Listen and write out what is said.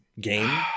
game